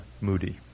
Moody